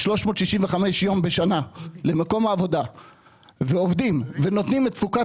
365 יום בשנה למקום העבודה ועובדים ונותנים את תפוקת